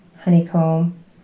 honeycomb